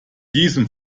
diesem